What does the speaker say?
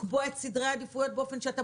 לקבוע את סדרי העדיפויות באופן שאתה